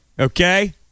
okay